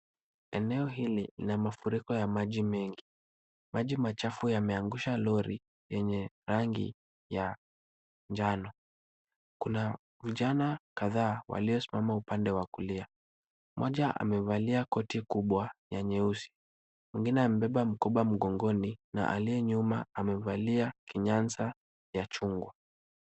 Eneo hili lina mafuriko ya maji mengi. Maji mengi yameanzisha lori la rangi ya njano. kuna vijana kadhaa waliosomama upande wa kulia. Mmoja amevalia koti kubwa la nyeusi, mwingine amebeba mkoba mgongoni na wa nyuma amevalia kinyasa cha chungwa.